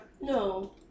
No